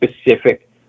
specific